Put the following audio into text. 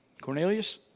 Cornelius